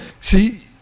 See